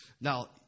Now